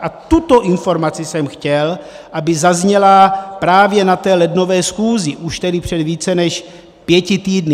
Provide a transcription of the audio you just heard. A tuto informaci jsem chtěl, aby zazněla právě na té lednové schůzi už před více než pěti týdny.